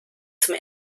zum